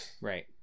Right